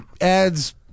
adds